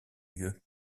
lieu